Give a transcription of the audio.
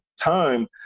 time